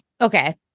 Okay